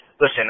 Listen